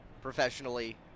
professionally